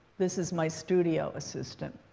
this is my studio assistant.